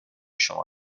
شما